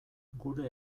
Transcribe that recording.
gure